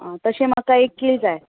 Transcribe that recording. तशें म्हाका एक किल जाय